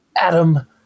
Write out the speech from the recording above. Adam